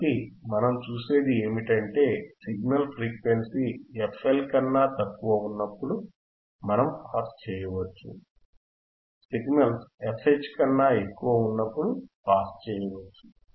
కాబట్టి మనం చూసేది ఏమిటంటే సిగ్నల్స్ ఫ్రీక్వెన్సీ FL కన్నా తక్కువ ఉన్నప్పుడు మనం పాస్ చేయవచ్చు సిగ్నల్స్ fH కన్నా ఎక్కువ ఉన్నప్పుడు పాస్ చేయవచ్చు